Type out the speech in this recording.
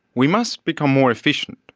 we must become more efficient.